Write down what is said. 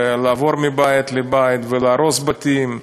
לעבור מבית לבית, להרוס בתים,